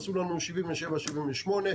עשו 77/78,